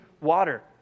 water